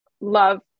love